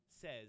says